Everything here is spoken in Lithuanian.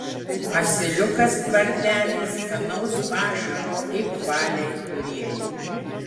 asiliukas tvartely skanaus pašaro ik valiai turėjo